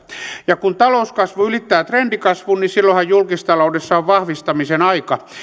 ja kun talouskasvu ylittää trendikasvun niin silloinhan julkistaloudessa on vahvistamisen aika